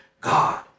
God